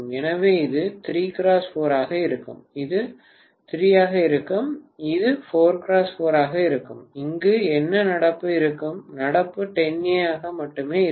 எனவே இது 3x4 ஆக இருக்கும் இது 3 ஆக இருக்கும் இது 4x4 ஆக இருக்கும் இங்கு என்ன நடப்பு இருக்கும் நடப்பு 10 A ஆக மட்டுமே இருக்கும்